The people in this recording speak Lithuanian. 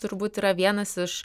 turbūt yra vienas iš